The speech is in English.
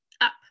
Up